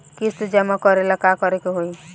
किस्त जमा करे ला का करे के होई?